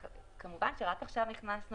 כמובן שרק עכשיו החוק נכנס לתוקף.